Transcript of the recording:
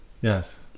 yes